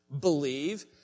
believe